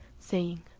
saying,